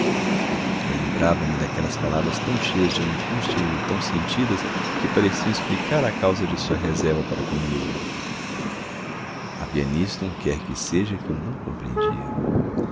amor lembrava-me daquelas palavras tão cheias de angústia e tão sentidas que pareciam explicar a causa de sua reserva para comigo havia nisto um quer que seja que eu não compreendia